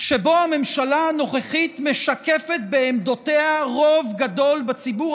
שבו הממשלה הנוכחית משקפת בעמדותיה רוב גדול בציבור